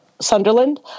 Sunderland